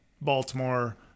Baltimore